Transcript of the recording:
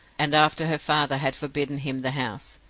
and after her father had forbidden him the house!